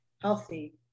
healthy